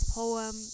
poem